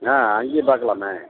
ஆ அங்கேயும் பார்க்கலாமே